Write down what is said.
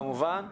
כמובן,